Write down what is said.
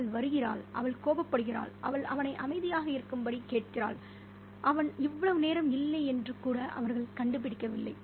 அவள் வருகிறாள் அவள் கோபப்படுகிறாள் அவள் அவனை அமைதியாக இருக்கும்படி கேட்கிறாள் அவன் இவ்வளவு நேரம் இல்லை என்று கூட அவர்கள் கண்டுபிடிக்கவில்லை